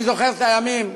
אני זוכר את הימים,